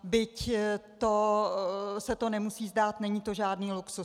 Byť se to nemusí zdát, není to žádný luxus.